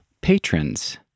patrons